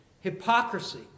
Hypocrisy